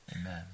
Amen